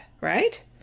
right